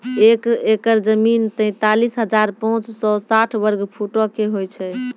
एक एकड़ जमीन, तैंतालीस हजार पांच सौ साठ वर्ग फुटो के होय छै